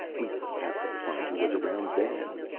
we'd have to find who was around then.